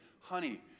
Honey